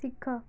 ଶିଖ